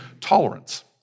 Tolerance